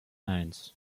eins